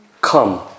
come